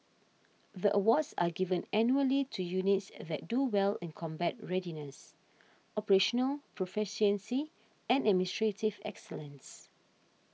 the awards are given annually to units that do well in combat readiness operational proficiency and administrative excellence